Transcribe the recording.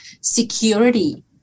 security